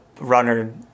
runner